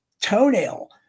toenail –